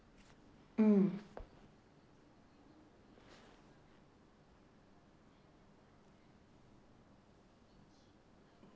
mm